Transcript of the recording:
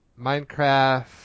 Minecraft